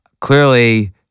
Clearly